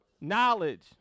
Knowledge